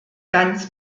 ganz